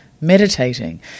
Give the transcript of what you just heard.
meditating